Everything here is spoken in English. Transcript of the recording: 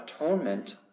atonement